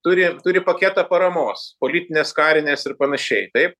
turi turi paketą paramos politinės karinės ir panašiai taip